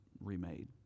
remade